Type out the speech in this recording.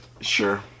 Sure